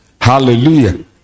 hallelujah